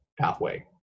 pathway